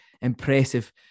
impressive